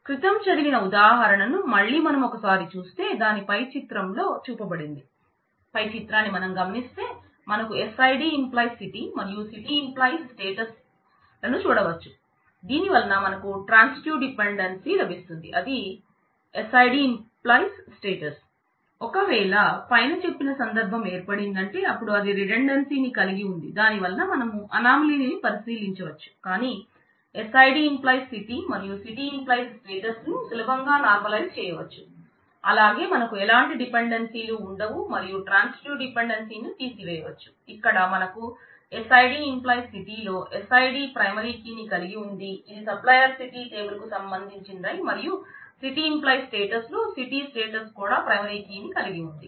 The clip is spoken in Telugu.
క్రితం చదివిన ఉదాహారణను మళ్ళీ మనం ఒకసారి చూస్తే దానిని పై చిత్రం లో చూపబడింది పై చిత్రాన్ని మనం గమనిస్తే మనకు SID→ City మరియు city → statusలను చూడవచ్చు దీని వలన మనకు ట్రాన్సిటివ్ డిపెండెన్సీ లభిస్తుంది అది SID→ status ఒకవేళ పైన చెప్పిన సందర్భం ఏర్పడిందంటే అపుడు అది రిడండెన్సీ ని తీసివేయవచ్చు ఇక్కడ మనకు SID → City లో SID ప్రైమరీ కీ ని కలిగి ఉంది ఇది సప్లయర్ సిటీ టేబుల్ కు సంబందించినై మరియు city → status లో సిటీ స్టేటస్ కూడా ప్రైమరీ కీ ని కలిగి ఉంది